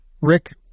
Rick